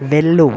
వెళ్ళు